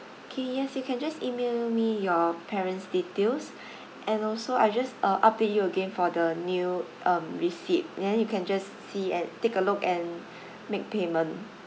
okay yes you can just email me your parent's details and also I just uh update you again for the new um receipt then you can just see and take a look and make payment